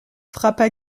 frappa